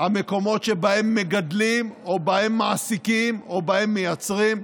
המקומות שבהם מגדלים או שבהם מעסיקים או שבהם מייצרים,